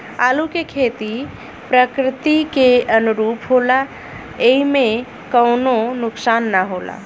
आलू के खेती प्रकृति के अनुरूप होला एइमे कवनो नुकसान ना होला